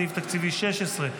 סעיף תקציבי 16,